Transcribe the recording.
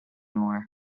more